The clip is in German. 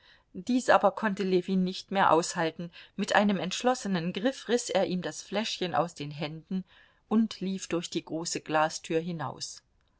dies aber konnte ljewin nicht mehr aushalten mit einem entschlossenen griff riß er ihm das fläschchen aus den händen und lief durch die große glastür hinaus